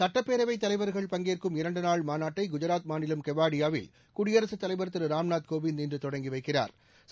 சுட்டப்பேரவைத் தலைவர்கள் பங்கேற்கும் இரண்டு நாள் மாநாட்டை குஜராத் மாநிலம் கெவாடியாவில் குடியரசுத்தலைவா் திரு ராம்நாத் கோவிந்த் இன்று தொடங்கி வைக்கிறாா்